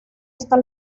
esta